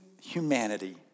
humanity